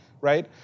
right